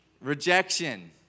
Rejection